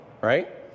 right